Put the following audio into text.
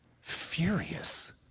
furious